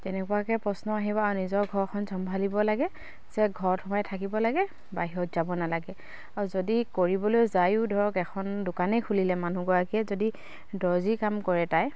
তেনেকুৱাকে প্ৰশ্ন আহিব আৰু নিজৰ ঘৰখন চম্ভালিব লাগে যে ঘৰত সোমাই থাকিব লাগে বাহিৰত যাব নালাগে আৰু যদি কৰিবলৈ যায়ো ধৰক এখন দোকানেই খুলিলে মানুহগৰাকীয়ে যদি দৰ্জি কাম কৰে তাই